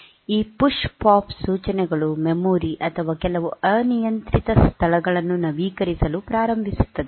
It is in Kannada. ಈ ಪುಶ್ ಪಾಪ್PUSHPOP ಸೂಚನೆಗಳು ಮೆಮೊರಿ ಅಥವಾ ಕೆಲವು ಅನಿಯಂತ್ರಿತ ಸ್ಥಳಗಳನ್ನು ನವೀಕರಿಸಲು ಪ್ರಾರಂಭಿಸುತ್ತದೆ